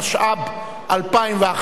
התשע"ב 2011,